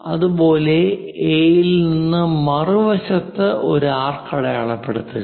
അതുപോലെ എയിൽ നിന്ന് മറുവശത്ത് ഒരു ആർക്ക് അടയാളപ്പെടുത്തുക